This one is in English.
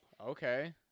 Okay